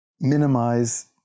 minimize